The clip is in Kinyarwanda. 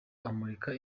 amurika